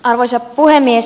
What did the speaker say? arvoisa puhemies